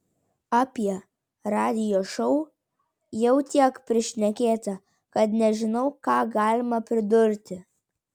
apie radijo šou jau tiek prišnekėta kad nežinau ką galima pridurti